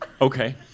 Okay